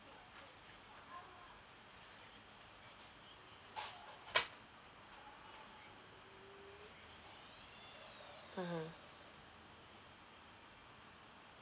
mmhmm